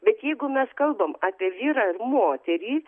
bet jeigu mes kalbam apie vyrą ir moterį